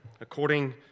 according